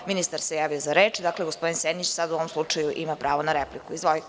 Ministar se javio za reč i gospodin Senić u ovom slučaju ima pravo na repliku.